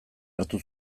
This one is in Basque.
hartu